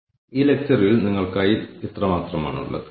balanced scorecard ഇൻസ്റ്റിറ്റ്യൂട്ടിന്റെ വെബ്സൈറ്റാണിത്